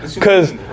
Cause